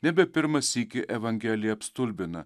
nebe pirmą sykį evangelija apstulbina